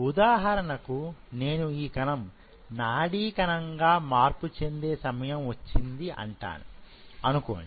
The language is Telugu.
ఉదాహరణకు నేను ఈ కణం నాడీ కణం గా మార్పు చెందే సమయం వచ్చింది అంటాను అనుకోండి